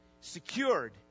secured